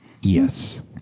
Yes